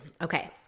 Okay